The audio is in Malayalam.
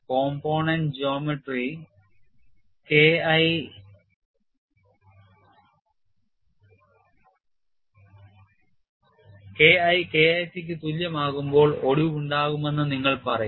K I K IC യ്ക്ക് തുല്യമാകുമ്പോൾ ഒടിവുണ്ടാകുമെന്ന് നിങ്ങൾ പറയും